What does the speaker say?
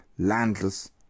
landless